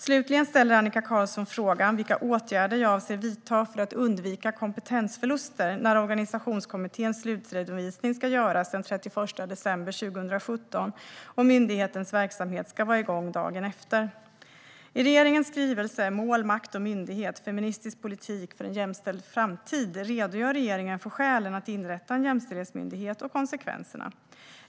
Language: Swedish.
Slutligen ställer Annika Qarlsson frågan vilka åtgärder jag avser att vidta för att undvika kompetensförluster när organisationskommitténs slutredovisning ska göras den 31 december 2017 och myndighetens verksamhet ska vara igång dagen efter. I regeringens skrivelse Mål, makt och myndighet - feministisk politik för en jämställd framtid redogör regeringen för skälen för att inrätta en jämställdhetsmyndighet och för konsekvenserna.